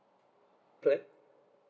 plan